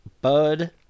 bud